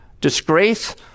disgrace